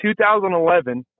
2011